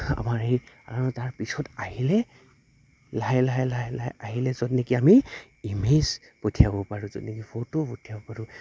আমাৰ এই আৰু তাৰপিছত আহিলে লাহে লাহে লাহে লাহে আহিলে য'ত নেকি আমি ইমেজ পঠিয়াব পাৰোঁ য'ত নেকি ফটো পঠিয়াব পাৰোঁ